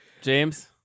James